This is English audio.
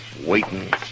Waiting